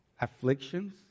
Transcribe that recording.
afflictions